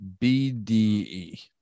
BDE